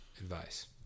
advice